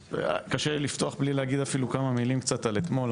קשה לפתוח בלי להגיד אפילו כמה מילים קצת על אתמול,